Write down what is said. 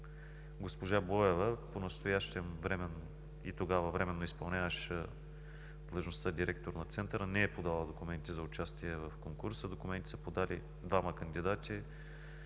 Госпожа Боева, понастоящем и тогава временно изпълняващ длъжността „директор“ на Центъра, не е подала документи за участие в конкурса. Документи са подали двама кандидати,